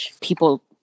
people